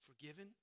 forgiven